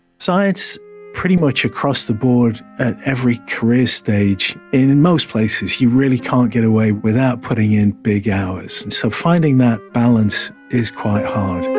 science pretty much across the board at every career stage in in most places you really can't get away without putting in big hours, and so finding that balance is quite hard.